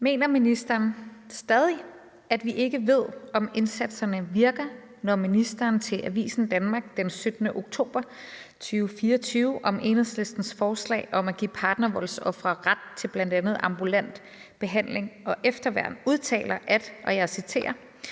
Mener ministeren stadig, at vi ikke ved, om indsatserne virker, når ministeren til Avisen Danmark den 17. oktober 2024 om Enhedslistens forslag om at give partnervoldsofre ret til bl.a. ambulant behandling og efterværn udtaler, at »inden vi gør